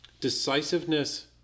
Decisiveness